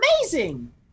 amazing